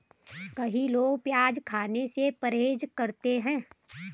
कई लोग प्याज खाने से परहेज करते है